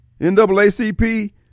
NAACP